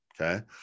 Okay